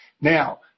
Now